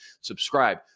Subscribe